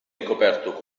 ricoperto